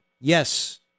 yes